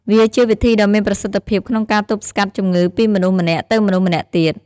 វាជាវិធីដ៏មានប្រសិទ្ធភាពក្នុងការទប់ស្កាត់ជំងឺពីមនុស្សម្នាក់ ទៅមនុស្សម្នាក់ទៀត។